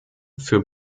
für